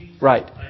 Right